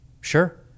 Sure